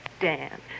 Dan